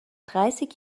dreißig